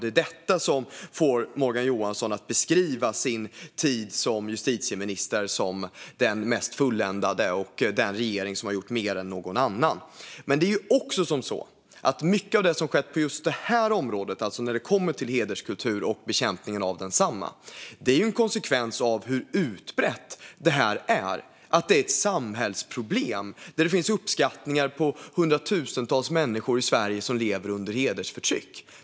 Det är detta som får Morgan Johansson att beskriva sin gärning som justitieminister som den mest fulländade och regeringen som den som gjort mer än någon annan. Det är dock så att mycket som har skett på just det här området, alltså när det kommer till hederskultur och bekämpningen av densamma, är en konsekvens av hur utbrett detta är. Det är ju ett samhällsproblem. Det finns uppskattningar som pekar på att hundratusentals människor i Sverige lever under hedersförtryck.